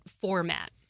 format